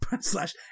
slash